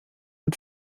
mit